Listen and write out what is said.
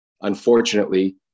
unfortunately